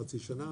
חצי שנה,